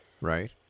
right